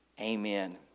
Amen